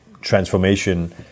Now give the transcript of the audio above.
transformation